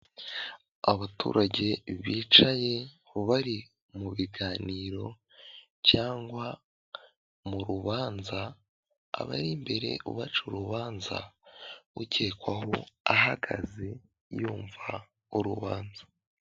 Abaturage bicaye bari mu biganiro cyangwa mu rubanza, abari imbere baca urubanza ukekwaho ahagaze yumva urubanza.